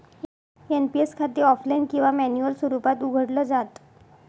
NPS खाते offline किंवा manual स्वरूपात उघडलं जात